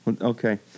Okay